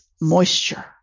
moisture